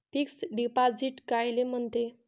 Fix deposit कायले म्हनते?